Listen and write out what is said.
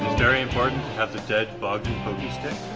very important have the dead bogdan pokey stick.